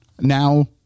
now